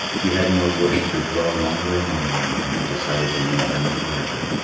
he had no wish to dwell longer among them, and he decided to leave them for ever.